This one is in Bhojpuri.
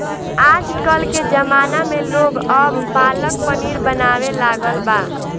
आजकल के ज़माना में लोग अब पालक पनीर बनावे लागल बा